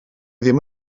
ddim